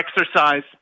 exercise